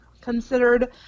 considered